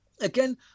Again